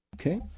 Okay